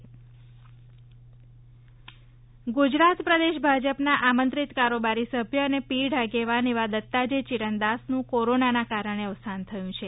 દત્તાજી ચિરંદાસ ગુજરાત પદેશ ભાજપના આમંત્રિત કારોબારી સભ્ય અને પીઢ આગેવાન એવા દત્તાજી ચિરંદાસનું કોરોનાના કારણે અવસાન થયું છે